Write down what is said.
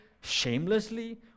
shamelessly